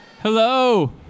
Hello